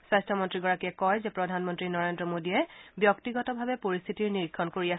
স্বাস্থ্যমন্ত্ৰীগৰাকীয়ে কয় যে প্ৰধানমন্ত্ৰী নৰেন্দ্ৰ মোডীয়ে ব্যক্তিগতভাৱে পৰিস্থিতিৰ নিৰীক্ষণ কৰি আছে